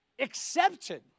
accepted